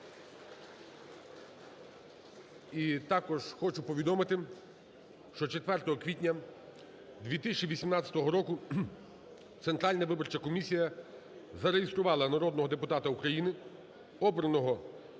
І також хочу повідомити, що 4 квітня 2018 року Центральна виборча комісія зареєструвала народного депутата України, обраного